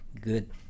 good